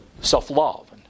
self-love